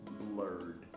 blurred